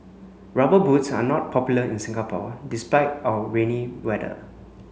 rubber boots are not popular in Singapore despite our rainy weather